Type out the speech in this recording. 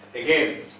again